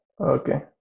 okay